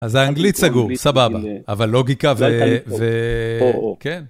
אז האנגלית סגור, סבבה, אבל לוגיקה ו... כן.